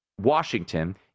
Washington